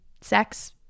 sex